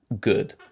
good